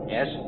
Yes